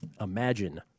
Imagine